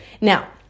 Now